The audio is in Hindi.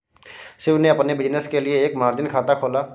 शिव ने अपने बिज़नेस के लिए एक मार्जिन खाता खोला